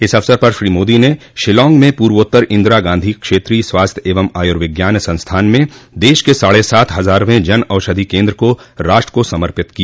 इस अवसर पर श्री मोदी ने शिलांग में पूर्वोत्तर इंदिरा गाँधी क्षेत्रीय स्वास्थ्य एवं आयुर्विज्ञान सस्थान में देश के साढे सात हजारवें जन औषधि केन्द्र को राष्ट्र को समर्पित किया